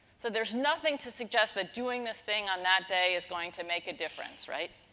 so there's nothing to suggest that doing this thing on that day is going to make a difference. right?